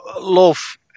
love